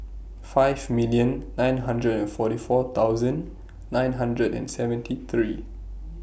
five million nine hundred and forty four thousand nine hundred and seventy three